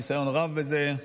ניסיון רב בזה,